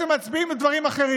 בעצם מצביעים על דברים אחרים,